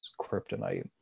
kryptonite